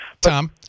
Tom